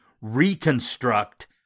reconstruct